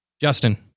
Justin